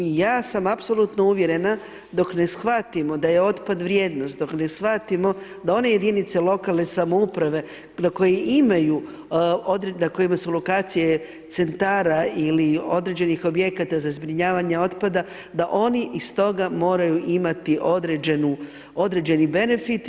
Ja sam apsolutno uvjerena, dok ne shvatimo da je otpad vrijednost, dok ne shvatimo da one jedinice lokalne samouprave na koje imaju, na kojima su lokacije centara ili određenih objekata za zbrinjavanje otpada, da oni iz toga moraju imati određeni benefit.